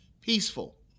peaceful